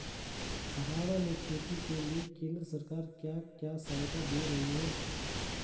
पहाड़ों में खेती के लिए केंद्र सरकार क्या क्या सहायता दें रही है?